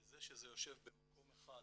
וזה שזה יושב במקום אחד,